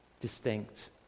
Distinct